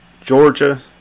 Georgia